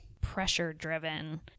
pressure-driven